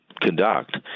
conduct